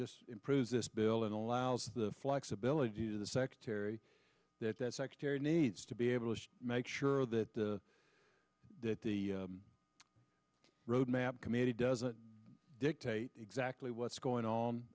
just proves this bill and allows the flexibility to the secretary that that secretary needs to be able to make sure that the that the roadmap committee doesn't dictate exactly what's going on